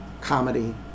comedy